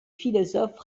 philosophe